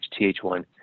Th1